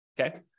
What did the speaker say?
okay